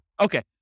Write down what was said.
Okay